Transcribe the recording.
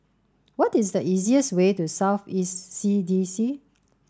what is the easiest way to South East C D C